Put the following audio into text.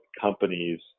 companies